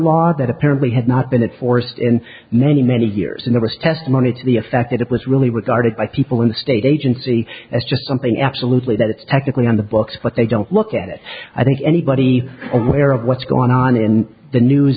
law that apparently has not been enforced in many many years in there was testimony to the effect that it was really regarded by people in the state agency as just something absolutely that's technically on the books but they don't look at it i think anybody aware of what's going on in the news